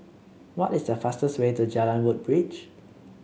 what is the fastest way to Jalan Woodbridge